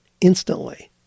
instantly